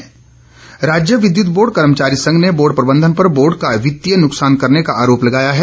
बिजली बोर्ड राज्य विद्युत बोर्ड कर्मचारी संघ ने बोर्ड प्रबंधन पर बोर्ड का वित्तीय नुकसान करने का आरोप लगाया है